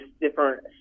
different